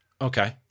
Okay